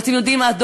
ואתם יודעים מה,